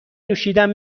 نوشیدن